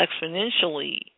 exponentially